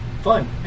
fun